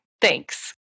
thanks